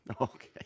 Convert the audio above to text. Okay